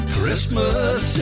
Christmas